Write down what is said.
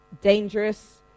dangerous